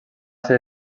ser